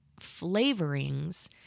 flavorings